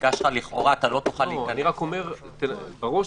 לכאורה לא תוכל להיכנס עם הבדיקה.